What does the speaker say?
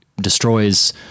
destroys